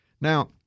Now